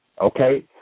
Okay